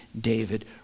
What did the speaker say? David